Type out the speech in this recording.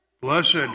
Blessed